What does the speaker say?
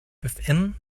within